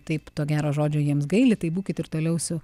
taip to gero žodžio jiems gaili tai būkit ir toliau su